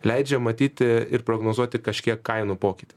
leidžia matyti ir prognozuoti kažkiek kainų pokytį